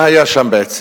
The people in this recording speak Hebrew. מה היה שם בעצם?